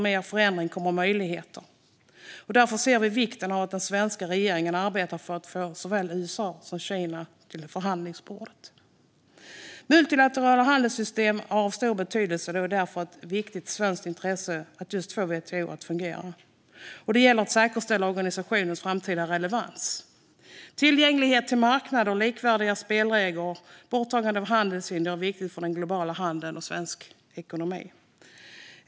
Med förändring kommer nämligen möjligheter, och därför ser vi vikten av att den svenska regeringen arbetar för att få såväl USA som Kina till förhandlingsbordet. Multilaterala handelssystem är av stor betydelse, och det är därför ett viktigt svenskt intresse att få WTO att fungera. Det gäller att säkerställa organisationens framtida relevans. Tillgänglighet till marknader, likvärdiga spelregler och borttagna handelshinder är viktigt för den globala handeln och svensk ekonomi.